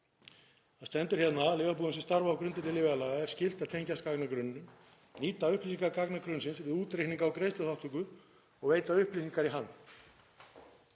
Það stendur hérna: „Lyfjabúðum sem starfa á grundvelli lyfjalaga er skylt að tengjast gagnagrunninum, nýta upplýsingar gagnagrunnsins við útreikninga á greiðsluþátttöku og veita upplýsingar í hann.“